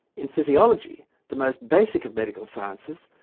in physiology, the most basic of medical sciences,